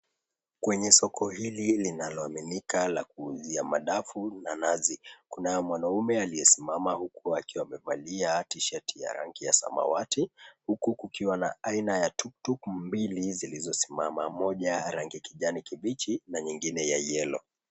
Kwenye soko hili linaloaminika la kuuzia madafu na nazi, kunaye mwanamume aliyesimama huku akiwa amevalia tisheti ya rangi ya samawati. Huku kukiwa na aina ya tuktuk mbili zilizosimama, moja rangi kijani kibichi na nyingine ya yellow .